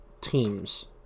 teams